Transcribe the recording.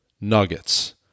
nuggets